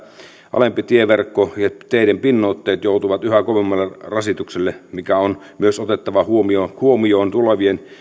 alempi tieverkko ja teiden pinnoitteet joutuvat yhä kovemmalle rasitukselle mikä on myös otettava huomioon huomioon tulevien